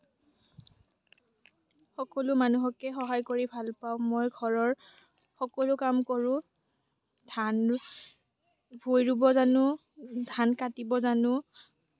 সকলো মানুহকে সহায় কৰি ভাল পাওঁ মই ঘৰৰ সকলো কাম কৰোঁ ধান ভুই ৰুব জানোঁ ধান কাটিব জানোঁ